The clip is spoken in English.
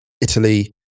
Italy